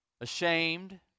ashamed